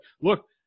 Look